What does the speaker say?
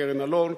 קרן אלון,